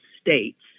States